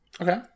Okay